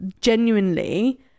genuinely